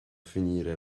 finire